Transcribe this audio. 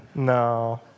No